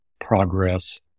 progress